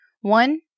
One